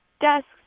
desks